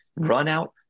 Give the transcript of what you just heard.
runout